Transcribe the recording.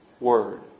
word